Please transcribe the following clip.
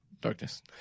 darkness